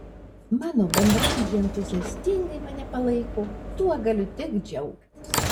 mano bendraamžiai entuziastingai mane palaiko tuo galiu tik džiaugtis